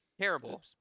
Terrible